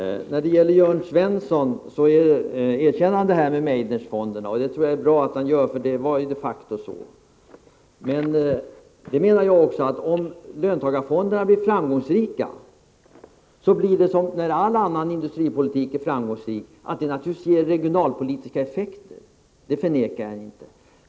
Jörn Svensson gör ett erkännande när det gäller Meidnerfonderna, och det är bra att han gör det, för det förhåller sig de facto på det sätt som Jörn Svensson nu säger. Jag menar också att om löntagarfonderna blir framgångsrika, så blir det som när all industripolitik är framgångsrik — det ger regionalpolitiska effekter. Detta förnekar jag inte.